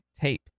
Tape